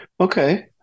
Okay